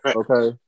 okay